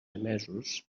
emesos